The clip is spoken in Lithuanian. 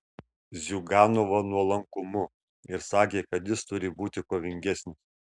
ziuganovą nuolankumu ir sakė kad jis turi būti kovingesnis